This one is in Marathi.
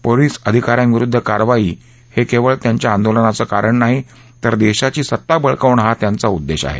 पोलिस अधिका याविरुद्ध कारवाई हे केवळ त्यांच्या आंदोलनाचं कारण नाही तर देशाची सत्ता बळकावणं हा त्यांचा उद्देश आहे